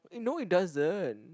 no it doesn't